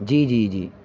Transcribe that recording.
جی جی جی